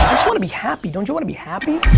just want to be happy, don't you want to be happy.